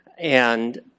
and